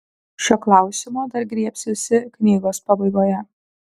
šio klausimo dar griebsiuosi knygos pabaigoje